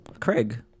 Craig